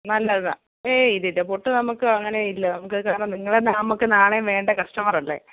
നല്ലതാണ് ഏയ് ഇല്ലയില്ല പൊട്ട് നമുക്ക് അങ്ങനെ ഇല്ല നമുക്ക് കാരണം നിങ്ങളെ നമുക്ക് നാളെയും വേണ്ട കസ്റ്റമറല്ലേ